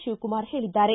ಶಿವಕುಮಾರ ಹೇಳಿದ್ದಾರೆ